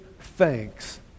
thanks